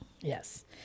Yes